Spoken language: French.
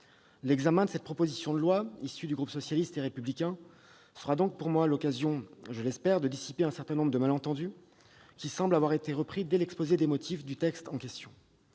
L'examen de cette proposition de loi issue du groupe socialiste et républicain m'offrira donc l'occasion, je l'espère, de dissiper un certain nombre de malentendus, qui semblent avoir été repris dès l'exposé des motifs du texte. Je